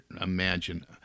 imagine